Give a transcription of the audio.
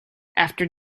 after